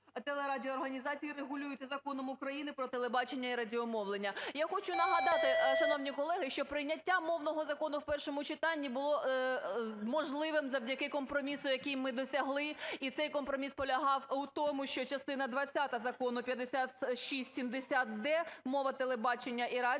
телерадіоорганізації регулюється Законом України "Про телебачення і радіомовлення". Я хочу нагадати, шановні колеги, що прийняття мовного закону в першому читанні було можливим завдяки компромісу, який ми досягли. І цей компроміс полягав в тому, що частина двадцята Закону 5670-д "Мова телебачення і радіо"